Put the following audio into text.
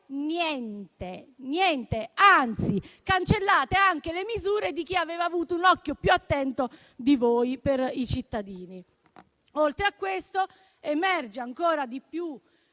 fate niente, anzi cancellate anche le misure di chi aveva avuto un occhio più attento di voi per i cittadini. Oltre a ciò, emerge ancora di più